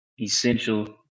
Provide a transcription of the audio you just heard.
essential